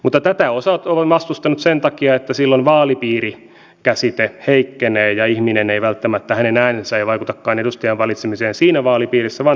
mutta tätä osa on vastustanut sen takia että silloin vaalipiirikäsite heikkenee ja ihmisen ääni ei välttämättä vaikutakaan edustajan valitsemiseen siinä vaalipiirissä vaan toisaalla